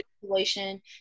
situation